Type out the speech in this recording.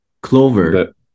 Clover